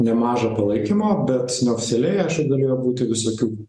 nemažą palaikymą bet neoficialiai aišku galėjo būti visokių